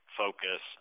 focus